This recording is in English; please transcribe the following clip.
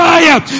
Fire